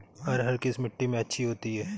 अरहर किस मिट्टी में अच्छी होती है?